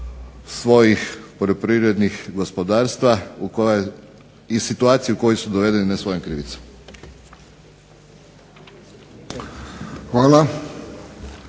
svojih poljoprivrednih gospodarstva i situacije u koju su dovedeni ne svojom krivicom.